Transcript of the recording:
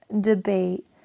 debate